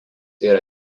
yra